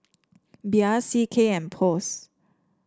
Bia C K and Post